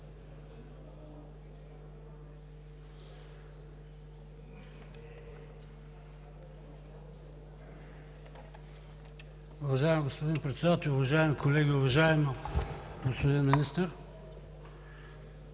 Уважаеми господин Председател, уважаеми колеги, уважаема госпожо Министър!